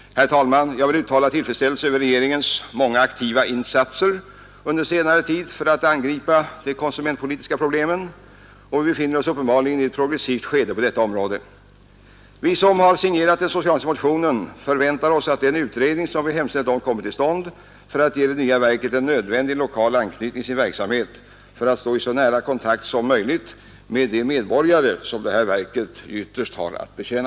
Herr talman! Jag vill uttala tillfredsställelse över regeringens många aktiva insatser under senare tid för att angripa de konsumentpolitiska problemen. Vi befinner oss uppenbarligen i ett progressivt skede på detta område. Vi som har signerat den socialdemokratiska motionen förväntar och kan nu säkert förlita oss på att åtgärder vidtages för att ge det nya verket en nödvändig lokal anknytning i dess verksamhet, för att kunna stå i så nära kontakt som möjligt med de medborgare som verket ytterst har att betjäna.